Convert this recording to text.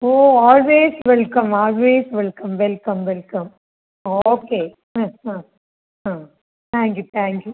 ഓ always welcome always welcome welcome welcome okay ആ ആ ആ താങ്ക്യൂ താങ്ക്യൂ